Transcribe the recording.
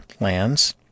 lands